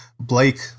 Blake